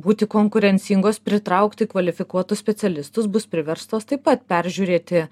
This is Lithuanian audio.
būti konkurencingos pritraukti kvalifikuotus specialistus bus priverstos taip pat peržiūrėti